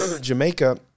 Jamaica